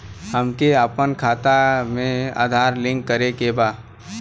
हमके अपना खाता में आधार लिंक करें के बा?